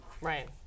Right